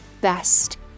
best